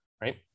right